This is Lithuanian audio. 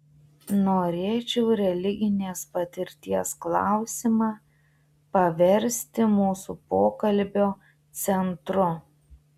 norėčiau religinės patirties klausimą paversti mūsų pokalbio centru